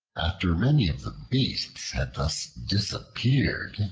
after many of the beasts had thus disappeared,